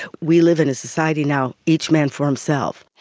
we live in a society now, each man for himself.